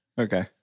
Okay